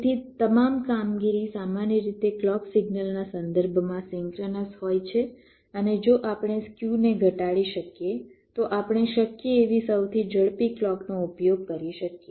તેથી તમામ કામગીરી સામાન્ય રીતે ક્લૉક સિગ્નલના સંદર્ભમાં સિંક્રનસ હોય છે અને જો આપણે સ્ક્યુને ઘટાડી શકીએ તો આપણે શક્ય એવી સૌથી ઝડપી ક્લૉકનો ઉપયોગ કરી શકીએ